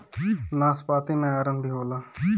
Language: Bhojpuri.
नाशपाती में आयरन भी होला